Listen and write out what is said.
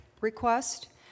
request